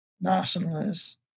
nationalists